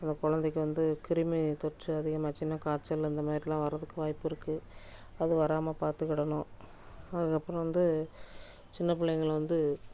அப்புறம் குழந்தைக்கு வந்து கிருமி தொற்று அதிகமாச்சுன்னா காய்ச்சல் அந்த மாதிரிலாம் வரதுக்கு வாய்ப்பு இருக்குது அது வராமல் பார்த்துக்கிடணும் அதுக்கப்புறம் வந்து சின்ன பிள்ளைங்கள வந்து